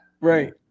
right